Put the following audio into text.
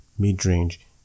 mid-range